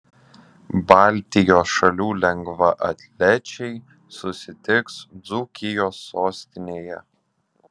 baltijos šalių lengvaatlečiai susitiks dzūkijos sostinėje